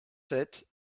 sept